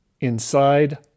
inside